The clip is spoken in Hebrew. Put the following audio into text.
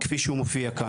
כפי שהוא מופיע כאן.